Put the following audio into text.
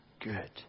good